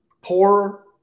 Poorer